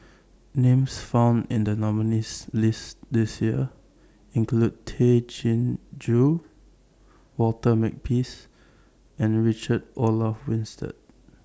Names found in The nominees' list This Year include Tay Chin Joo Walter Makepeace and Richard Olaf Winstedt